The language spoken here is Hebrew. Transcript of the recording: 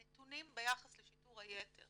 הנתונים ביחס לשיטור היתר